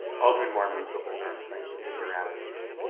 alderman mar moved the whole darn thing but in your absence.